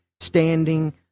standing